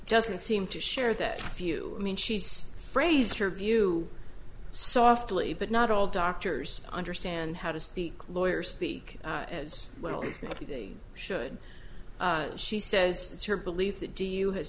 doesn't seem to share that view i mean she's phrased her view softly but not all doctors understand how to speak lawyer speak as well as maybe they should she says it's her belief that do you has